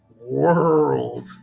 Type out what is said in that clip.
world